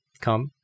come